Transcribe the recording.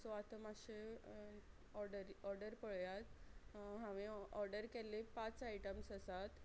so आतां मात्शें ऑर्डरी ऑर्डर पळयात हांवें ऑर्डर केल्ले पांच आयटम्स आसात